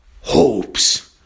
hopes